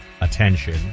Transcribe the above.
attention